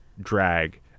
drag